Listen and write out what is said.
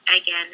again